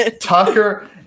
Tucker